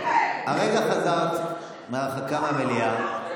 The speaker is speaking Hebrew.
הרגע חזרת מהרחקה מהמליאה.